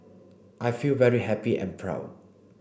I feel very happy and proud